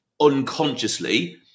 unconsciously